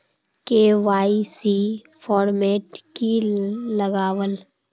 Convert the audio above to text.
KYC format की लगावल?